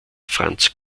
franz